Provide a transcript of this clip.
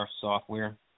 software